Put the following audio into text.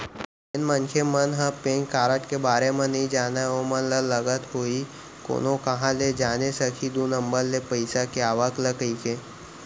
जेन मनखे मन ह पेन कारड के बारे म नइ जानय ओमन ल लगत होही कोनो काँहा ले जाने सकही दू नंबर ले पइसा के आवक ल कहिके